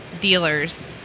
dealers